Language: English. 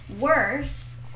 worse